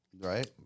Right